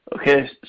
Okay